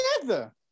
together